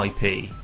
IP